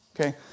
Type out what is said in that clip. Okay